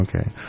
Okay